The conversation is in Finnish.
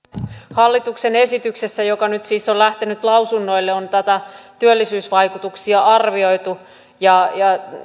hallituksen esityksessä joka nyt siis on lähtenyt lausunnoille on näitä työllisyysvaikutuksia arvioitu